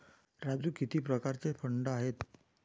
राजू किती प्रकारचे फंड आहेत?